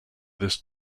this